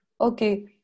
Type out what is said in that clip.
Okay